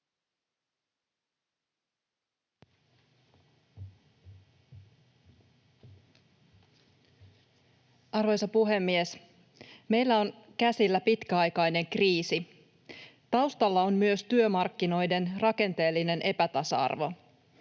Arvoisa puhemies! Meillä on käsillä pitkäaikainen kriisi. Taustalla on myös työmarkkinoiden rakenteellinen epätasa-arvo.